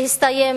שהסתיים